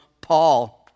Paul